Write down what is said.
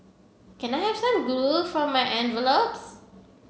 can I have some glue for my envelopes